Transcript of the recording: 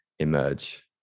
Emerge